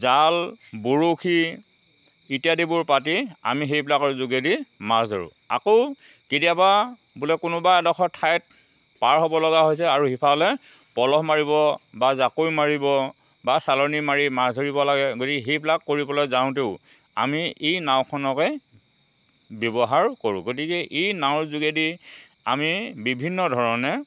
জাল বৰশি ইত্যাদিবোৰ পাতি আমি সেইবিলাকৰ যোগেদি মাছ ধৰোঁ আকৌ কেতিয়াবা বোলে কোনোবা এডোখৰ ঠাইত পাৰ হ'বলগা হৈছে আৰু সিফালে পল মাৰিব বা জাকৈ মাৰিব বা চালনি মাৰি মাছ ধৰিব লাগে গতিকে সেইবিলাক কৰিবলৈ যাওঁতেও আমি এই নাওখনকে ব্যৱহাৰ কৰোঁ গতিকে এই নাৱৰ যোগেদি আমি বিভিন্ন ধৰণে